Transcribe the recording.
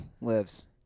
lives